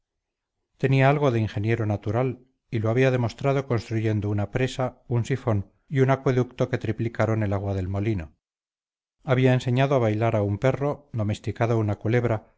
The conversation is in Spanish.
tenía algo de ingeniero natural y lo había demostrado construyendo una presa un sifón y un acueducto que triplicaron el agua del molino había enseñado a bailar a un perro domesticado una culebra